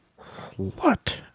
slut